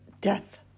death